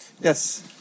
Yes